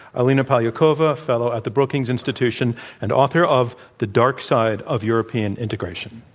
alina polyakova, fellow at the brookings institution and author of the dark side of european integration.